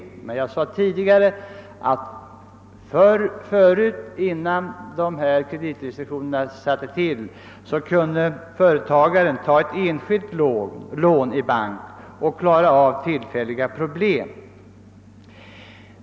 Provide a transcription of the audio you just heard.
Såsom jag framhöll tidigare, kunde företagaren innan kreditrestriktionerna satte in ta ett enskilt lån i bank för att därigenom klara tillfälliga problem.